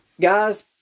Guys